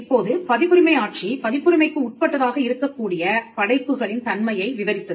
இப்போது பதிப்புரிமை ஆட்சி பதிப்புரிமைக்கு உட்பட்டதாக இருக்கக்கூடிய படைப்புகளின் தன்மைகளை விவரித்தது